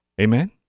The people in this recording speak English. amen